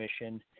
mission